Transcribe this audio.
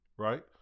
right